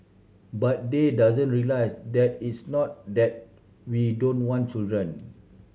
but they doesn't realise that it's not that we don't want children